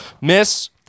Miss